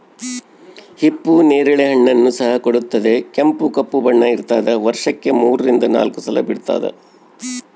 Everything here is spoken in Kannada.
ಹಿಪ್ಪು ನೇರಳೆ ಹಣ್ಣನ್ನು ಸಹ ಕೊಡುತ್ತದೆ ಕೆಂಪು ಕಪ್ಪು ಬಣ್ಣ ಇರ್ತಾದ ವರ್ಷಕ್ಕೆ ಮೂರರಿಂದ ನಾಲ್ಕು ಸಲ ಬಿಡ್ತಾದ